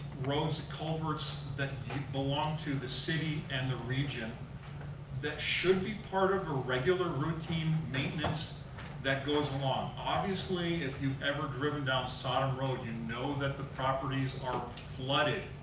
roads, culverts that belong to the city and the region that should be part of a regular, routine maintenance that goes along. obviously, if you've ever driven down sodom road, you and know that the properties are flooded,